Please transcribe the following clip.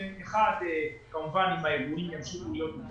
אם הארגונים ימשיכו להיות...